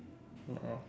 a'ah